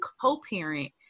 co-parent